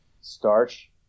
starch